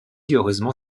heureusement